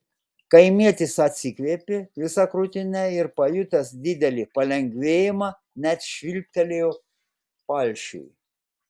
kaimietis atsikvėpė visa krūtine ir pajutęs didelį palengvėjimą net švilptelėjo palšiui